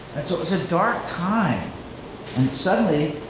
and so it was a dark time and suddenly